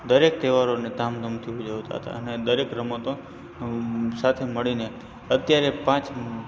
દરેક તહેવારોને ધામધૂમથી ઉજવતાં હતા અને દરેક રમતો અં સાથે મળીને અત્યારે પાંચ